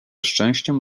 szczęściem